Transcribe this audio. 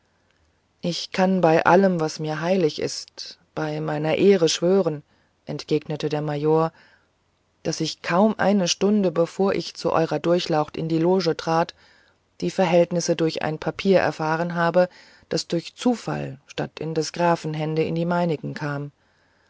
ich kann bei allem was mir heilig ist bei meiner ehre schwören entgegnete der major daß ich kaum eine stunde bevor ich zu eurer durchlaucht in die loge trat diese verhältnisse durch ein papier erfahren habe das durch zufall statt in des grafen hände in die meinigen kam